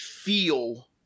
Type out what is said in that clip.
feel